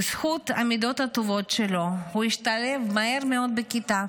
בזכות המידות הטובות שלו הוא השתלב מהר מאוד בכיתה.